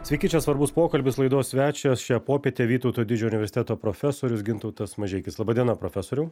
sveiki čia svarbus pokalbis laidos svečias šią popietę vytauto didžiojo universiteto profesorius gintautas mažeikis laba diena profesoriau